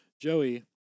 joey